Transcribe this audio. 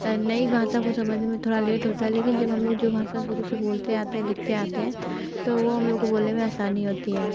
नई भाषा को समझ में थोड़ा लेट होता है लेकिन जब हम लोग जो भाषा शुरू से बोलने आते हैं लिखते आते हैं तो वो हम लोगों को बोलने में आसानी होती है